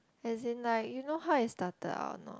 as in like you know how I started out or not